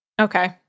Okay